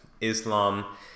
Islam